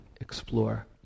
explore